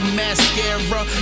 mascara